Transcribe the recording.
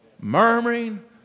murmuring